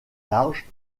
large